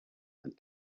and